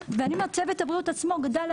ואני יודעת שצוות הבריאות עצמו גדל,